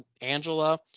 Angela